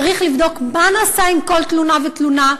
צריך לבדוק מה נעשה עם כל תלונה ותלונה,